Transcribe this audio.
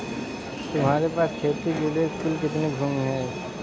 तुम्हारे पास खेती के लिए कुल कितनी भूमि है?